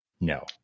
No